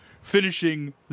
finishing